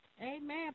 Amen